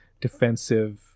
defensive